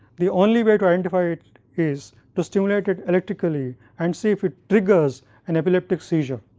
the only way to identify it is to stimulate it electrically and see if it triggers an epileptic seizure.